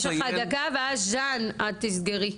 יש לך דקה, ואז ז'אן - את תסגרי.